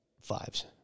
fives